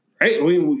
right